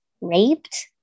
raped